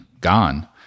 gone